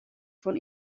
von